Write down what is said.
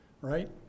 right